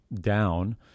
down